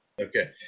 Okay